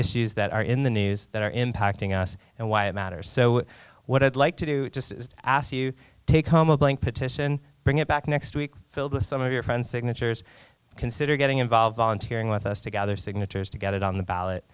issues that are in the news that are impacting us and why it matters so what i'd like to do just ask you take home a blank petition bring it back next week filled with some of your friends signatures consider getting involved volunteering with us to gather signatures to get it on the ballot